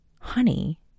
honey